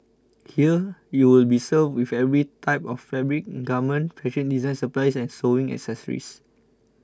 here you will be served with every type of fabric garment fashion design supplies and sewing accessories